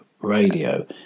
radio